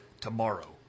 tomorrow